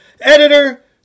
editor